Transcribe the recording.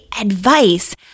advice